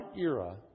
era